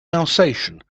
alsatian